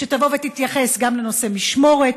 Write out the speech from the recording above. שתתייחס גם לנושא משמורת,